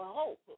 hope